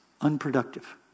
unproductive